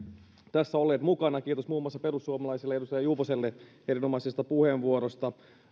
tässä olleet mukana kiitos muun muassa perussuomalaisille ja edustaja juvoselle erinomaisesta puheenvuorosta